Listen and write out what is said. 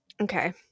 Okay